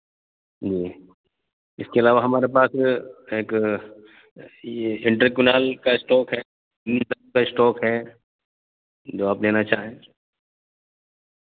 جی اس کے علاوہ ہمارے پاس ایک یہ انٹرکنال کا اسٹوک ہے کا اسٹوک ہے جو آپ لینا چاہیں